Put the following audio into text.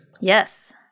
Yes